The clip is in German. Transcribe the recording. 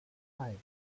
hei